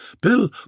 Bill